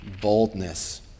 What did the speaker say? boldness